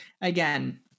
again